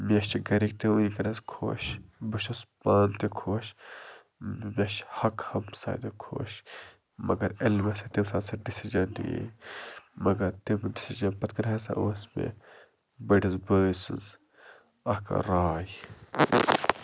مےٚ چھِ گَرِکھ تہِ وٕنۍکٮ۪نَس خۄش بہٕ چھُس پانہٕ تہِ خۄش مےٚ چھِ حق ہمسایہِ تہِ خۄش مگر ییٚلہِ مےٚ سۄ تٔمۍ ساتہٕ سۄ ڈِسیٖجَن نِیے مگر تٔمۍ ڈِسیٖجَن پَتہٕ کَنہِ ہسا اوس مےٚ بٔڑِس بٲے سٕنٛز اَکھ راے